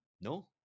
No